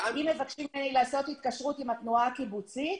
אם מבקשים ממני לעשות התקשרות עם התנועה הקיבוצית,